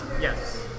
Yes